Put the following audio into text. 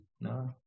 No